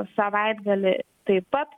savaitgalį taip pat